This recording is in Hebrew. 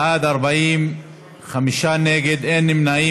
בעד, 40, חמישה נגד, אין נמנעים.